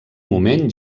moment